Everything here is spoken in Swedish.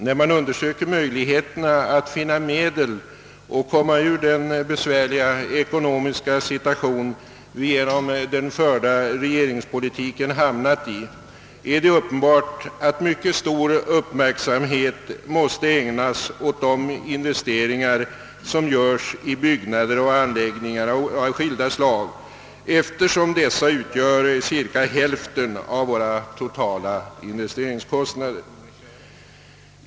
När vi undersöker möjligheterna att finna medel för att ta oss ur den besvärliga ekonomiska situation, som vi genom den förda regeringspolitiken hamnat i, är det uppenbart att mycket stor uppmärksamhet måste ägnas åt de investeringar som göres i byggnader och anläggningar av skilda slag, eftersom dessa svarar för ungefär hälften av våra totala investeringskostnader.